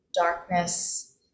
darkness